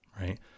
right